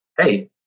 Hey